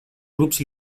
grups